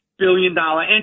billion-dollar